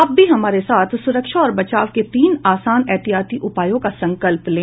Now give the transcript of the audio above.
आप भी हमारे साथ सुरक्षा और बचाव के तीन आसान एहतियाती उपायों का संकल्प लें